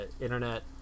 internet